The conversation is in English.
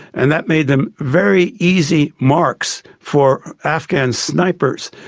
and that made them very easy marks for afghan snipers,